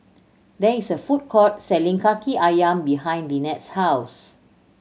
there is a food court selling Kaki Ayam behind Linette's house